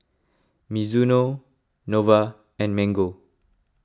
Mizuno Nova and Mango